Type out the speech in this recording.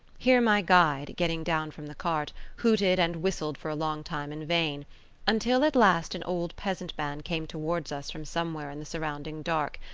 here, my guide, getting down from the cart, hooted and whistled for a long time in vain until at last an old peasant man came towards us from somewhere in the surrounding dark,